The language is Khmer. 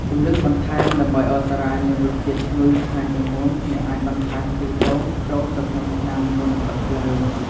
គន្លឹះបន្ថែមដើម្បីឱ្យសារាយមានរសជាតិឈ្ងុយឆ្ងាញ់ជាងមុន អ្នកអាចបន្ថែម ខ្ទិះដូង ចូលទៅក្នុងឆ្នាំងមុននឹងបិទភ្លើង។